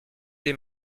les